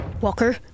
Walker